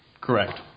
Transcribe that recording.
correct